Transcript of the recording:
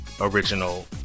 original